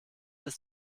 ist